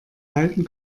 halten